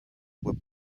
were